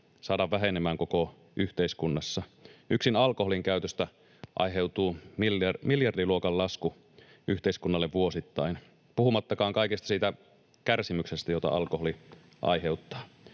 saadaan vähenemään koko yhteiskunnassa. Yksin alkoholinkäytöstä aiheutuu miljardiluokan lasku yhteiskunnalle vuosittain, puhumattakaan kaikesta siitä kärsimyksestä, jota alkoholi aiheuttaa.